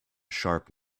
sharp